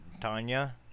Tanya